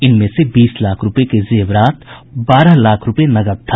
इनमें से बीस लाख रूपये के जेवरात और बारह लाख रूपये नकद था